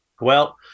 Well-